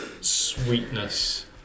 sweetness